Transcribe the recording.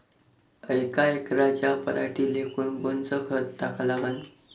यका एकराच्या पराटीले कोनकोनचं खत टाका लागन?